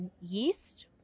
yeast